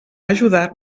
ajudar